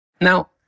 Now